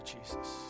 Jesus